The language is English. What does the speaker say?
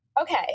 Okay